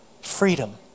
freedom